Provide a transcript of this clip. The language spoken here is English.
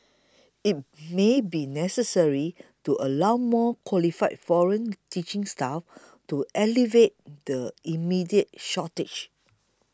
it may be necessary to allow more qualified foreign teaching staff to alleviate the immediate shortage